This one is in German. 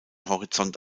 horizont